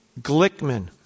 Glickman